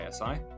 ASI